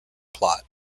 plot